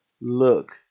Look